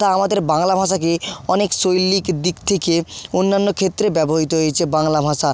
তা আমাদের বাংলা ভাষাকে অনেক শৈলীক দিক থেকে অন্যান্য ক্ষেত্রে ব্যবহৃত হয়েছে বাংলা ভাষা